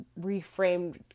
reframed